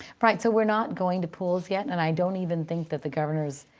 right. so we're not going to pools yet. and i don't even think that the governor's,